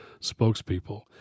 spokespeople